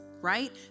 right